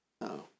No